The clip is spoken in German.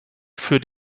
für